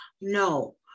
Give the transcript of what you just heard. No